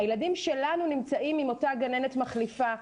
הילדים שלנו נמצאים עם אותה גננת מחליפה,